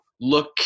look